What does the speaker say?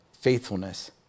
faithfulness